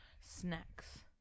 snacks